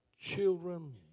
children